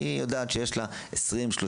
היא יודעת שיש לה 20 40